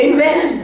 Amen